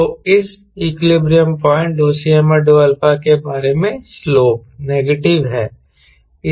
तो इस equilibrium point Cm∂α के बारे में सलोप नेगेटिव है